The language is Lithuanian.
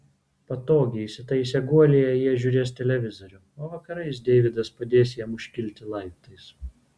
patogiai įsitaisę guolyje jie žiūrės televizorių o vakarais deividas padės jam užkilti laiptais